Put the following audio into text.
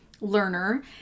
learner